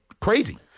crazy